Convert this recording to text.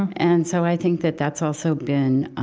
and so i think that that's also been